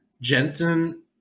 Jensen